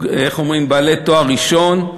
בעלי תואר ראשון,